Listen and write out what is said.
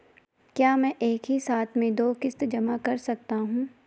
क्या मैं एक ही साथ में दो किश्त जमा कर सकता हूँ?